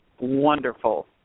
wonderful